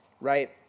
Right